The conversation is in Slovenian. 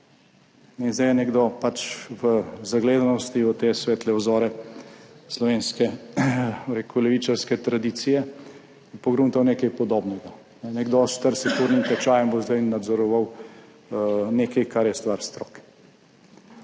zdaj je nekdo pač v zagledanosti v te svetle vzore slovenske levičarske tradicije pogruntal nekaj podobnega. Nekdo s 40-urnim tečajem bo zdaj nadzoroval nekaj, kar je stvar stroke.